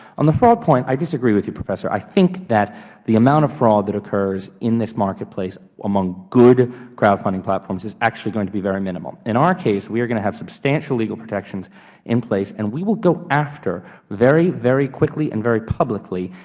on the fraud point, i disagree with you, professor. i think that the amount of fraud that occurs in this marketplace among good crowdfunding platforms is actually going to be very minimal. in our case, we are going to have substantial legal protections in place, and we will go after, very, very quickly and very publicly,